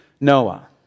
Noah